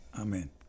Amen